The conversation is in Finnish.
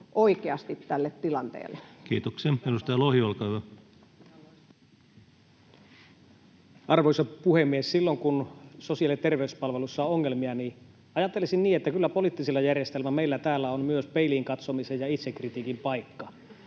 ja terveyspalveluiden kriisiytymisestä Time: 15:33 Content: Arvoisa puhemies! Silloin kun sosiaali‑ ja terveyspalveluissa on ongelmia, niin ajattelisin niin, että kyllä poliittisella järjestelmällä, meillä täällä, on myös peiliin katsomisen ja itsekritiikin paikka.